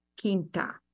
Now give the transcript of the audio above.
quinta